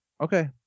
Okay